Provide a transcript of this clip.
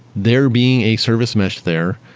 there being a service mesh there,